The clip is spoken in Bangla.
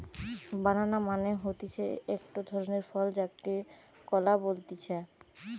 বানানা মানে হতিছে একটো ধরণের ফল যাকে কলা বলতিছে